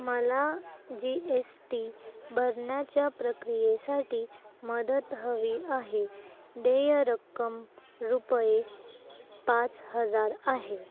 मला G S T भरण्याच्या प्रक्रियेसाठी मदत हवी आहे देय रक्कम रुपये पाच हजार आहे